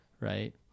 right